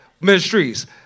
Ministries